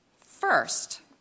First